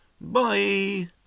bye